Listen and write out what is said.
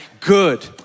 good